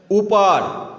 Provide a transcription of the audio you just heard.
उपर